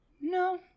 No